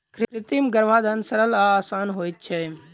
कृत्रिम गर्भाधान सरल आ आसान होइत छै